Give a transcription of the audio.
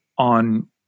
On